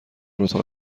اتاق